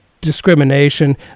discrimination